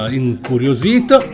incuriosito